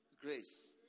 grace